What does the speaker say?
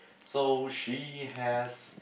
so she has